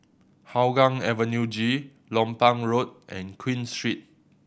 Hougang Avenue G Lompang Road and Queen Street